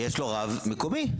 יש לו רב מקומי.